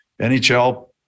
NHL